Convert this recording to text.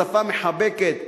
בשפה מחבקת,